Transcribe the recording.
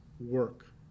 work